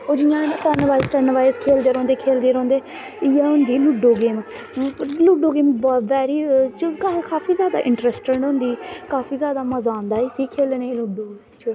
ओह् जियां अस टर्न बाईस टर्न बाईस खेलदे रौंह्दे खेलदे रौंह्दे इयै होंदी लूडो गेम लूडो गेम काफी जादा इंट्रस्टिड होंदी काफी जादा मज़ा आंदा इसी खेलनें गी लूडो गी